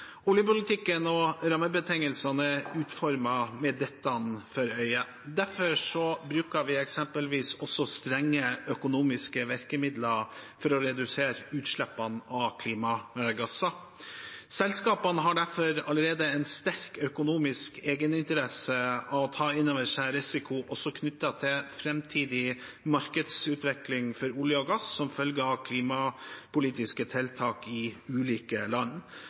Oljepolitikken og rammebetingelsene er utformet med dette for øye. Derfor bruker vi eksempelvis også strenge økonomiske virkemidler for å redusere utslippene av klimagasser. Selskapene har allerede en sterk økonomisk egeninteresse av å ta inn over seg risiko knyttet til framtidig markedsutvikling for olje og gass som følge av klimapolitiske tiltak i ulike land.